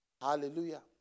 Hallelujah